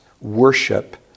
worship